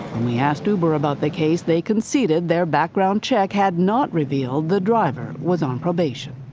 when we asked uber about the case, they conceded their background check had not revealed the driver was on probation.